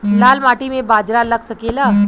लाल माटी मे बाजरा लग सकेला?